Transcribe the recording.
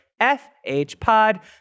FHPOD